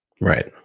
Right